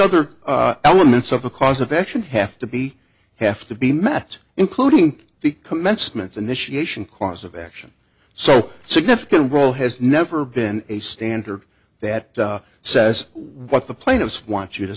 other elements of a cause of action have to be have to be met including the commencement initiation course of action so significant role has never been a standard that says what the plaintiffs want you to